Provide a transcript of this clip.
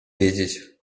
wiedzieć